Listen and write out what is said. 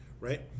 right